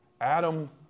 Adam